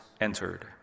entered